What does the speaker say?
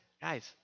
guys